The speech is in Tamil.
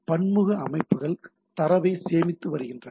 பன்முக அமைப்புகள் தரவை சேமித்து வருகின்றன